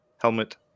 helmet